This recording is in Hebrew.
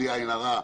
בלי עין הרע,